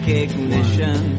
ignition